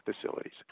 facilities